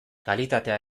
kalitatea